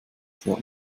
sehr